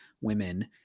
women